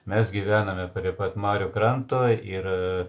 mes gyvename prie pat marių kranto ir